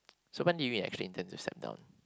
so when did you actually intend to step down